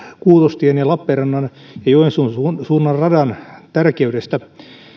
kuutostien sekä lappeenrannan ja joensuun suunnan radan tärkeydestä